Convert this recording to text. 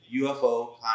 UFO